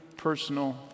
personal